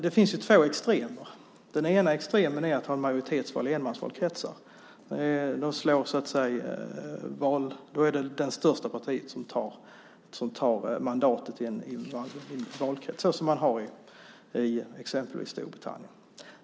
Det finns ju två extremer. Den ena extremen är att ha majoritetsval i enmansvalkretsar. Då tar det största partiet mandatet i en valkrets såsom sker i exempelvis Storbritannien.